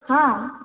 ହଁ